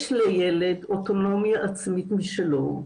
יש לילד אוטונומיה עצמית משלו,